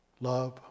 Love